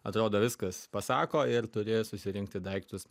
atrodo viskas pasako ir turi susirinkti daiktus